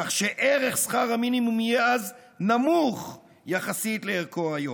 כך שערך שכר המינימום יהיה אז נמוך יחסית לערכו היום.